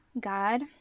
God